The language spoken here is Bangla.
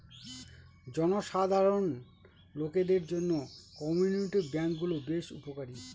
জনসাধারণ লোকদের জন্য কমিউনিটি ব্যাঙ্ক গুলো বেশ উপকারী